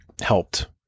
helped